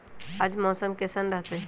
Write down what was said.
आज मौसम किसान रहतै?